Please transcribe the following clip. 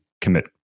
commit